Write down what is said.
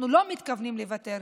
אנחנו לא מתכוונים לוותר,